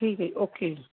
ਠੀਕ ਹੈ ਜੀ ਓਕੇ ਜੀ